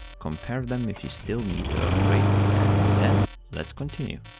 compare them if you still need to upgrade and then let's continue.